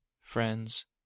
friends